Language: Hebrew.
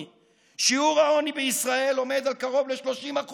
שיעור העוני בישראל עומד על קרוב ל-30%.